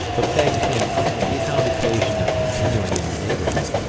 but begged him, if he found occasion of continuing in the neighbourhood,